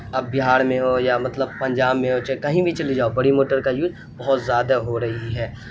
آپ بہار میں ہوں یا مطلب پنجاب میں ہوں چاہے کہیں بھی چلے جاؤ بڑی موٹر کا یوز بہت زیادہ ہو رہی ہے